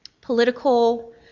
political